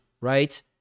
right